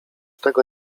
tego